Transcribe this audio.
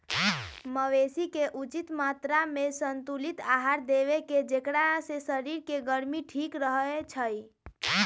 मवेशी के उचित मत्रामें संतुलित आहार देबेकेँ जेकरा से शरीर के गर्मी ठीक रहै छइ